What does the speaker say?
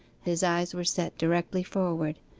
his eyes were set directly forward,